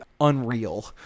unreal